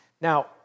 Now